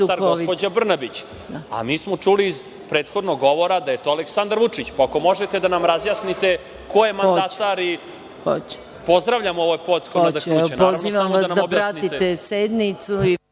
Mi smo čuli iz prethodnog govora da je to Aleksandar Vučić, pa ako možete da nam razjasnite ko je mandatar. Pozdravljamo ovo poetsko nadahnuće.